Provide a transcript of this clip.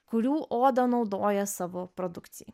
kurių odą naudoja savo produkcijai